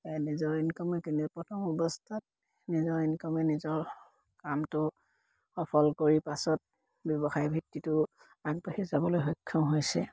নিজৰ ইনকমে প্ৰথম অৱস্থাত নিজৰ ইনকমে নিজৰ কামটো সফল কৰি পাছত ব্যৱসায় ভিত্তিটো আগবাঢ়ি যাবলৈ সক্ষম হৈছে